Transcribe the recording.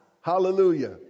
Hallelujah